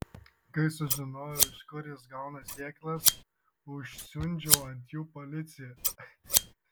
kai sužinojau iš kur jis gauna sėklas užsiundžiau ant jų policiją